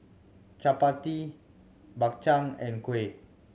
chappati Bak Chang and kuih